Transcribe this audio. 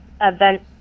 event